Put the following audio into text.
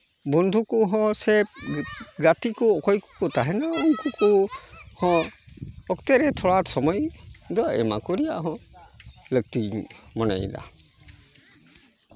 ᱵᱚᱱᱫᱷᱩ ᱠᱚᱦᱚᱸ ᱥᱮ ᱜᱟᱛᱮ ᱠᱚ ᱚᱠᱚᱭ ᱠᱚᱠᱚ ᱛᱟᱦᱮᱱᱟ ᱩᱱᱠᱩ ᱠᱚ ᱦᱚᱸ ᱚᱠᱛᱮ ᱨᱮ ᱛᱷᱚᱲᱟ ᱥᱚᱢᱚᱭ ᱫᱚ ᱮᱢᱟ ᱠᱚ ᱨᱮᱭᱟᱜ ᱦᱚᱸ ᱞᱟᱹᱠᱛᱤᱧ ᱢᱚᱱᱮᱭᱮᱫᱟ